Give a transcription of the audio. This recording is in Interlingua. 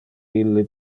ille